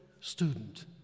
student